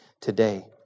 today